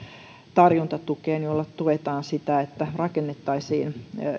tarjontatukeen jolla tuetaan sitä että rakennettaisiin